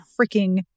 freaking